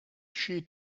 she